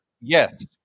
Yes